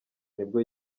nibwo